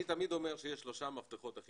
אני תמיד אומר שיש שלושה מפתחות שהם